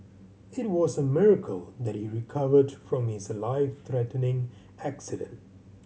it was a miracle that he recovered from his life threatening accident